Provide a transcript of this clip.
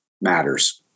matters